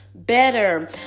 Better